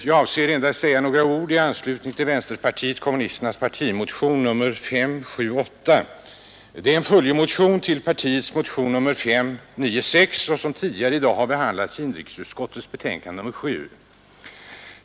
Jag avser endast att säga några ord i anslutning till vänsterpartiet kommunisternas partimotion nr 578 — en följdmotion till partiets motion nr 596 som tidigare i dag har behandlats i samband med debatten om inrikesutskottets betänkande nr 7.